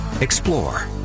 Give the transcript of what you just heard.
explore